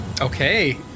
Okay